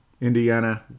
Indiana